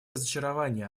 разочарование